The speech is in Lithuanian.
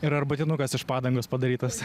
ir arbatinukas iš padangos padarytas